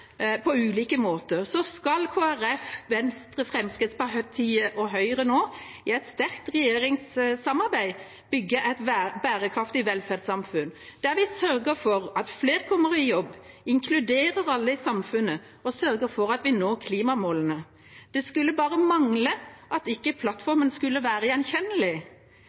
på ulike måter skal Kristelig Folkeparti, Venstre, Fremskrittspartiet og Høyre nå i et sterkt regjeringssamarbeid bygge et bærekraftig velferdssamfunn der vi sørger for at flere kommer i jobb, inkluderer alle i samfunnet og sørger for at vi når klimamålene. Det skulle bare mangle at ikke plattformen skulle være gjenkjennelig.